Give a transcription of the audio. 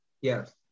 Yes